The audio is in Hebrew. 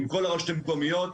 עם כל ראשי המקומיות,